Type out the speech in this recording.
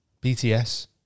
BTS